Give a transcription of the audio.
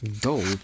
Dope